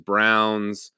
Browns